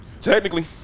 Technically